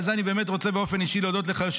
ועל זה אני באמת רוצה להודות לך באופן אישי,